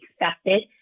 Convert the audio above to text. accepted